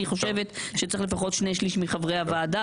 חושבת שצריך לפחות שני שליש מחברי הוועדה.